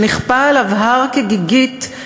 שנכפה עליו הר כגיגית,